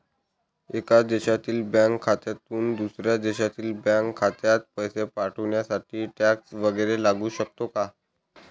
एका देशातील बँक खात्यातून दुसऱ्या देशातील बँक खात्यात पैसे पाठवण्यासाठी टॅक्स वैगरे लागू शकतो का?